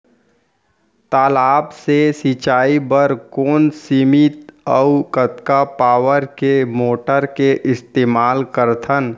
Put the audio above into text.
तालाब से सिंचाई बर कोन सीमित अऊ कतका पावर के मोटर के इस्तेमाल करथन?